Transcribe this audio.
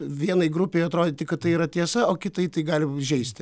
vienai grupei atrodyti kad tai yra tiesa o kitai tai gali įžeisti